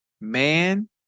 man